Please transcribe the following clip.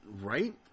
Right